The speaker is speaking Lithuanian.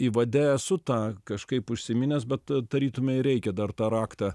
įvade esu tą kažkaip užsiminęs bet tarytumei reikia dar tą raktą